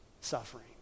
suffering